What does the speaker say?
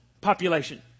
population